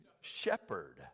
shepherd